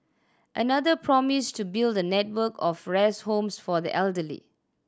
another promised to build a network of rest homes for the elderly